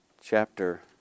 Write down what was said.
chapter